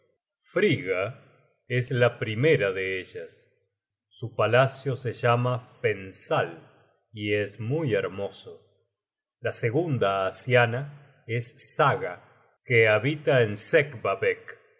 frigga es la primera de ellas su palacio se llama fensal y es muy hermoso la segunda asiana es saga que habita en